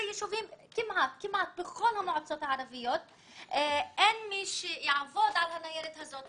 כמעט בכל המועצות הערביות אין מי שיעבוד על הניירת הזאת,